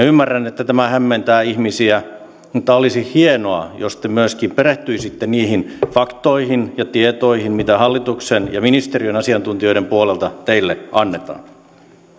ymmärrän että tämä hämmentää ihmisiä mutta olisi hienoa jos te myöskin perehtyisitte niihin faktoihin ja tietoihin mitä hallituksen ja ministeriön asiantuntijoiden puolelta teille annetaan